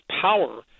power